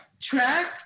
track